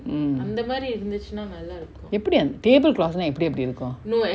mm எப்புடி:eppudi anth~ tablecloths னா எப்டி எப்டி இருக்கு:naa epdi epdi iruku